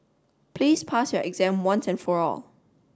please pass your exam once and for all